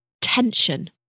tension